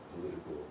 political